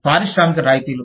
పారిశ్రామిక రాయితీలు